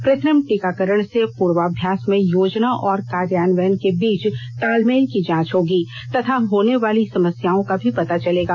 कृत्रिम टीकाकरण से पूर्वाभ्यास में योजना और कार्यान्वयन के बीच तालमेल की जांच होगी तथा होने वाली समस्याओं का भी पता चलेगा